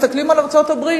מסתכלים על ארצות-הברית,